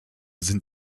sind